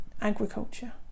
agriculture